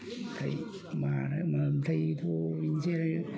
ओमफ्राय मा होनो ओमफ्रायथ' इदिनोसै आरो